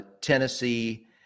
Tennessee